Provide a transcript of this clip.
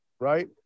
Right